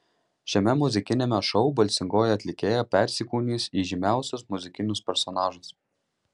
šiame muzikiniame šou balsingoji atlikėja persikūnys į žymiausius muzikinius personažus